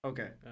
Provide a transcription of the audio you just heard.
Okay